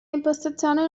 impostazione